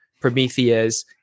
Prometheus